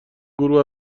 گروه